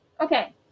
Okay